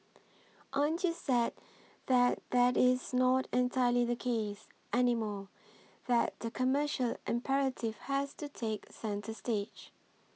aren't you sad that that is not entirely the case anymore that the commercial imperative has to take centre stage